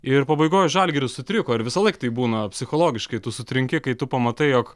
ir pabaigoj žalgiris sutriko ir visąlaik taip būna psichologiškai tu sutrinki kai tu pamatai jog